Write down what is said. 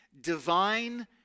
divine